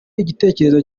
igitekerezo